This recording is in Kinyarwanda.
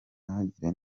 ntagire